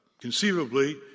Conceivably